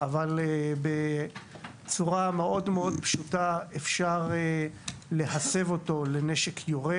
אבל בצורה מאוד מאוד פשוטה אפשר להסב אותו לנשק יורה.